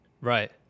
Right